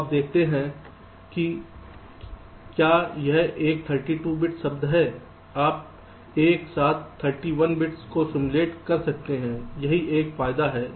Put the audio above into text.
तो आप देखते हैं कि क्या यह एक 32 बिट शब्द है आप एक साथ 31 फॉल्ट्स का सिम्युलेट कर सकते हैं यह एक फायदा है